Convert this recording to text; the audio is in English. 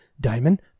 diamond